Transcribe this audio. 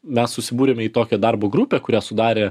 mes susibūrėme į tokią darbo grupę kurią sudarė